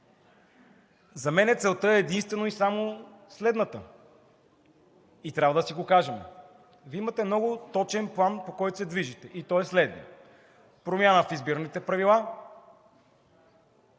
За мен целта е единствено и само следната – и трябва да си го кажем, да имате много точен план, по който се движите, и той е следният: промяна в изборните правила,